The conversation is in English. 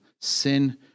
sin